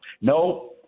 no